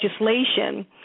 legislation